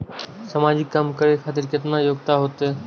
समाजिक काम करें खातिर केतना योग्यता होते?